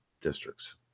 districts